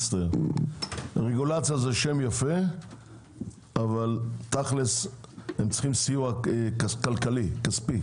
רגולציה זה שם יפה אבל תכל'ס הם צריכים סיוע כספי,